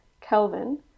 Kelvin